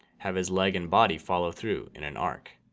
have his leg and body follow through in an arc